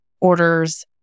orders